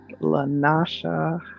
Lanasha